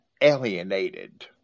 alienated